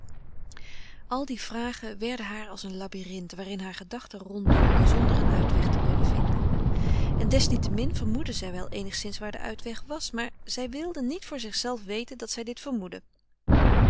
al die vragen werden haar als een labyrinth waarin haar gedachte ronddoolde zonder een uitweg te kunnen vinden en desniettemin vermoedde zij wel eenigszins waar de uitweg was maar zij wilde niet voor zichzelve weten dat zij dit vermoedde